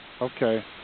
Okay